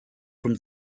from